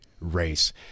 race